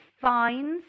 fines